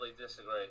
disagree